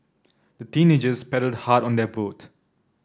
the teenagers paddled hard on their boat